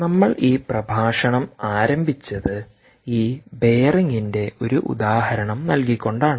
നമ്മൾ ഈ പ്രഭാഷണം ആരംഭിച്ചത് ഈ ബെയറിംഗിന്റെ ഒരു ഉദാഹരണം നൽകിക്കൊണ്ടാണ്